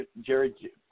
Jerry –